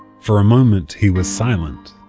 for a moment he was silent.